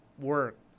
work